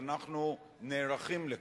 ואנחנו נערכים לכך.